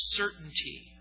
certainty